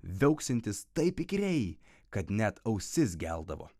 viauksintis taip įkyriai kad net ausis geldavo